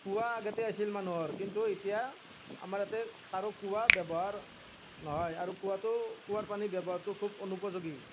কুঁৱা আগতে আছিল মানুহৰ কিন্তু এতিয়া আমাৰ ইয়াতে কাৰো কুঁৱা ব্যৱহাৰ নহয় আৰু কুঁৱাটো কুঁৱাৰ পানী ব্যৱহাৰটো খুব অনুপযোগী